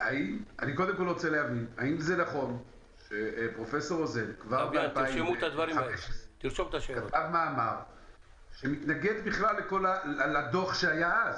האם זה נכון שפרופ' רוזן כבר ב-2015 כתב מאמר שמתנגד בכלל לדוח שהיה אז,